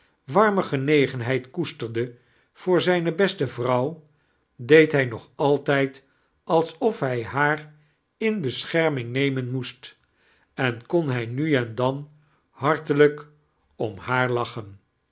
wanme genegenheid koestarde voor zijne beste vrouw deed hij nog altijd alsof kg haar in bescherming nemen incest en bon hij nai en dan hartelijk om haar lachen